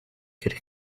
could